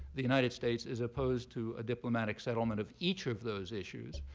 the united states is opposed to a diplomatic settlement of each of those issues.